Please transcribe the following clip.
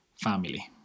family